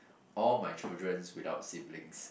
all my children without siblings